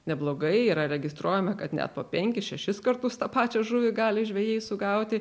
neblogai yra registruojame kad net po penkis šešis kartus tą pačią žuvį gali žvejai sugauti